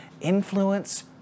influence